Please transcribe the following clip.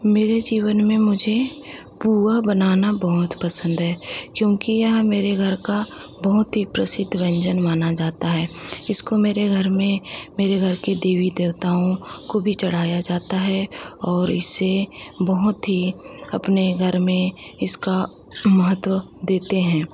मेरे जीवन में मुझे पुआ बनाना बहुत पसंद है क्योंकि यह मेरे घर का बहुत ही प्रसिद्ध व्यंजन माना जाता है इसको मेरे घर में मेरे घर की देवी देवताओं को भी चढ़ाया जाता है और इस से बहुत ही अपने घर में इसका महत्व देते हैं